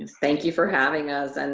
thank you for having us. and